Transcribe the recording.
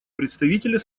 представителя